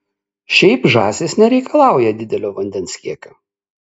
šiaip žąsys nereikalauja didelio vandens kiekio